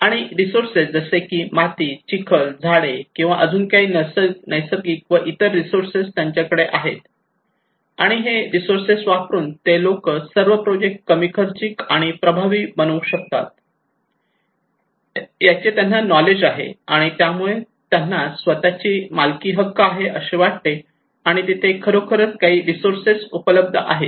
आणि रिसोर्सेस जसे की माती चिखल किंवा झाडे आणि अजून काही नैसर्गिक व इतर रिसोर्सेस त्यांच्याकडे आहेत आणि हे रिसोर्सेस वापरून ते लोक सर्व प्रोजेक्ट कमी खर्चिकआणि प्रभावी बनवू शकतात याचे त्यांना नॉलेज आहे आणि त्यामुळे त्यांना स्वतःची मालकी हक्क आहे असे वाटते आणि तिथे खरोखर काही रिसोर्सेस उपलब्ध आहेत